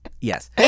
Yes